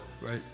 Right